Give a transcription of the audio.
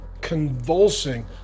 convulsing